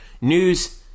news